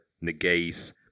negate